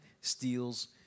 steals